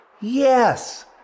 yes